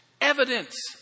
evidence